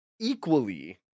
equally